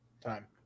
time